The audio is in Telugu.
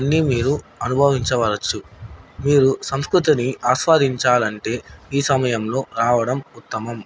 అన్నీ మీరు అనుభవించవచ్చు మీరు సంస్కృతిని ఆస్వాదించాలంటే ఈ సమయంలో రావడం ఉత్తమం